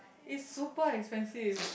it's super expensive